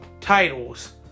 titles